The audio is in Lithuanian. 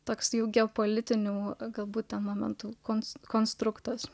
toks jų geopolitinių galbūt momentų kons konstruktas